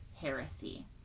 heresy